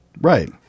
Right